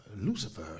Lucifer